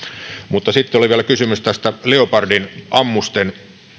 sitten oli vielä kysymys näistä leopardin ammusten